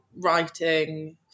writing